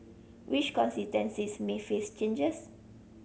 which may face changes